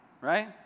right